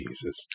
Jesus